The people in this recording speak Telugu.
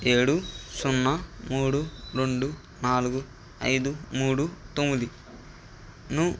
ఏడు సున్నా మూడు రెండు నాలుగు ఐదు మూడు తొమ్మిదిను